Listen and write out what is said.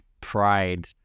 pride